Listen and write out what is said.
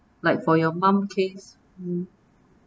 like for your mum case